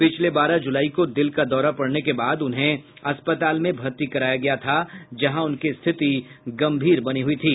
पिछले बारह जुलाई को दिल का दौरा पड़ने के बाद उन्हें अस्पताल में भर्ती कराया गया था जहाँ उनकी स्थिति गंभीर बनी हुई थी